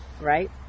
Right